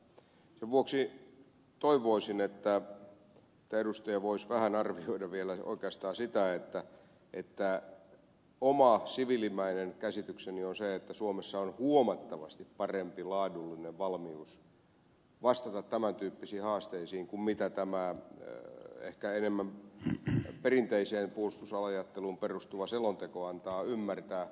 sen vuoksi toivoisin että edustaja oikeastaan voisi vähän arvioida vielä sitä siviilimäistä käsitystäni että suomessa on huomattavasti parempi laadullinen valmius vastata tämän tyyppisiin haasteisiin kuin tämä ehkä enemmän perinteiseen puolustusajatteluun perustuva selonteko antaa ymmärtää